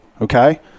okay